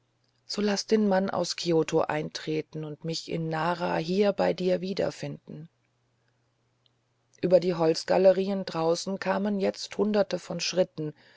so laß den mann aus kioto eintreten und mich in nara hier bei dir wiederfinden über die holzgalerien draußen kamen jetzt hunderte von schritten